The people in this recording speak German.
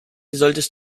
solltest